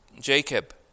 Jacob